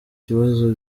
ibibazo